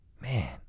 man